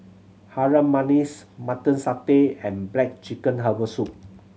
Harum Manis Mutton Satay and black chicken herbal soup